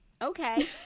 okay